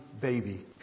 baby